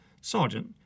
Sergeant